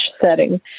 setting